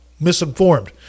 Misinformed